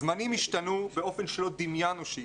זמנים השתנו באופן שלא דמיינו שיקרה,